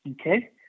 Okay